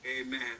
Amen